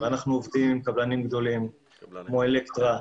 אנחנו עובדים עם קבלנים גדולים כמו: אלקטרה,